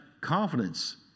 confidence